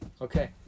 Okay